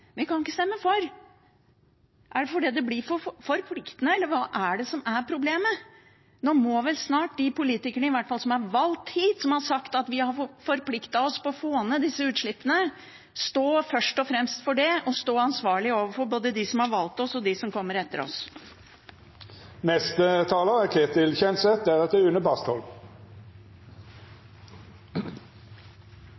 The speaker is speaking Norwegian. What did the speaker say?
kan ikke stemme for. Er det fordi det blir for forpliktende, eller hva er det som er problemet? Nå må vel snart de politikerne, i hvert fall de som er valgt hit, som har sagt at vi har forpliktet oss på å få ned disse utslippene, stå først og fremst for det og stå ansvarlige overfor både dem som har valgt oss, og dem som kommer etter oss.